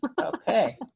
Okay